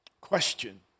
question